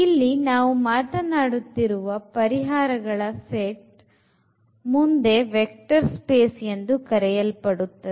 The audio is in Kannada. ಇಲ್ಲಿ ನಾವು ಮಾತನಾಡುತ್ತಿರುವ ಪರಿಹಾರಗಳ set ಮುಂದೆ vector space ಎಂದು ಕರೆಯಲ್ಪಡುತ್ತದೆ